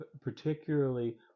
Particularly